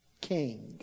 king